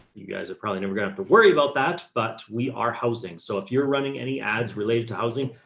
you guys are probably never gonna have to worry about that, but we are housing. so if you're running any ads related to housing,